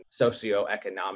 socioeconomic